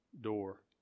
door